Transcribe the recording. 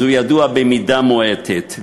אז הוא ידוע במידה מועטת.